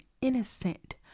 innocent